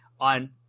on